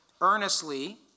earnestly